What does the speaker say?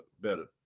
better